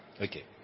okay